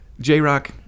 J-Rock